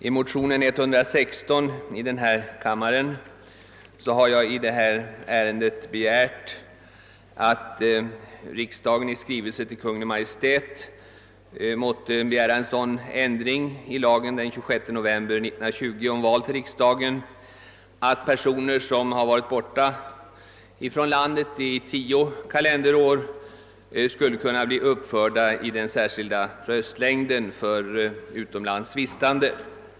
I motionen II: 116 har jag begärt att riksdagen i skrivelse till Kungl. Maj:t måtte hemställa om sådan ändring i lagen den 26 november 1920 om val till riksdagen att personer som har varit borta från Sverige under tio kalenderår skulle kunna bli uppförda i den särskilda röstlängden för personer som vistas utomlands.